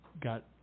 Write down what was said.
got